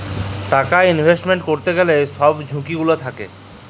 টাকা ইলভেস্টমেল্ট ক্যইরতে গ্যালে ছব ঝুঁকি গুলা থ্যাকে